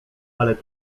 ale